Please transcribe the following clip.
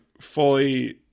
fully